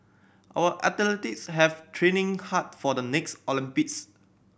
our have training hard for the next Olympics